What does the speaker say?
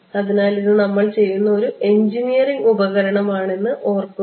അതിനാൽ ഇത് നമ്മൾ ചെയ്യുന്ന ഒരു എഞ്ചിനീയറിംഗ് ഉപകരണമാണെന്ന് ഓർമ്മിക്കുക